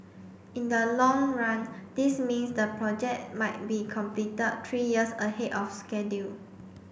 in the long run this means the project might be completed three years ahead of schedule